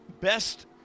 best